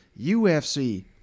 UFC